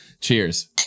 Cheers